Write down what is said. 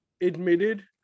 admitted